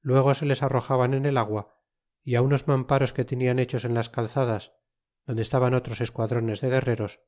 luego se les arrojaban en el agua y unos mamparos que tenian hechos en las calzadas donde estaban otros esquadrones de guerreros